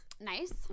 Nice